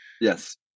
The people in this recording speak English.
Yes